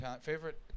favorite